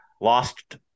lost